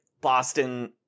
Boston